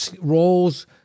roles